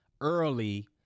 early